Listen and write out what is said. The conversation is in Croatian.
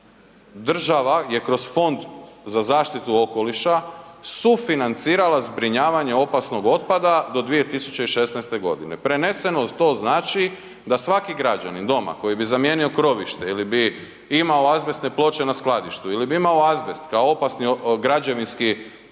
država je kroz Fond za zaštitu okoliša sufinancirala zbrinjavanje opasnog otpada do 2016. godine, preneseno to znači da svaki građanin doma koji bi zamijenio krovište ili bi imao azbestne ploče na skladištu ili bi imao azbest kao opasni građevinski